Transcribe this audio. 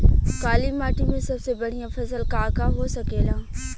काली माटी में सबसे बढ़िया फसल का का हो सकेला?